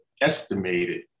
estimated